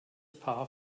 paar